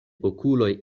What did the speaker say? okuloj